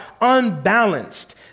unbalanced